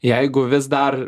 jeigu vis dar